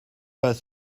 pas